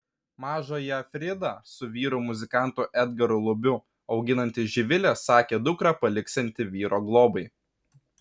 mažąją fridą su vyru muzikantu edgaru lubiu auginanti živilė sakė dukrą paliksianti vyro globai